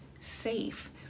safe